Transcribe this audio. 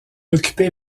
occupé